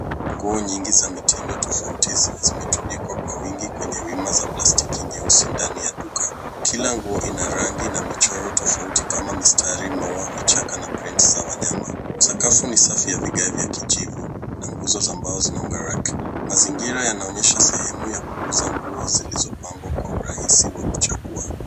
Nguo nyingi za mitindo tofauti zimetundikwa kwa wingi kwenye wima za plastiki nyeusi ndani ya duka. Kila nguo ina rangi na michoro tofauti kama mistari, maua, vichaka na prints za wanyama. Sakafu ni safi ya vigae vya kijivu na nguzo za mbao zinaunga rack . Mazingira yanaonyesha sehemu ya kuuza nguo zilizopangwa kwa urahisi wa kuchagua.